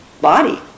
body